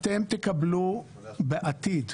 אתם תקבלו בעתיד